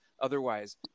Otherwise